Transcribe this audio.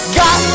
got